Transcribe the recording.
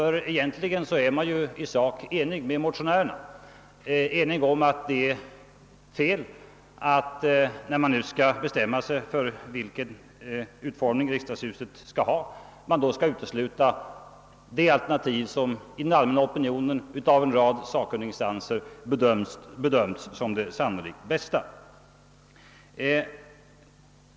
Egentligen är man ju i sak ense med motionärerna om att det är fel, när man nu skall bestämma sig för vilken utformning riksdagshuset skall ha, att utesluta det alternativ som i den allmänna opinionnen och av en rad sakkunniginstanser bedömts som det sannolikt bästa.